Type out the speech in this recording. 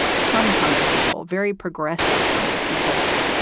some congresspeople, very progressive congresspeople,